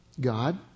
God